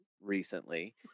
recently